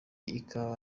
ikawa